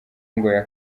ngo